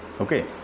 okay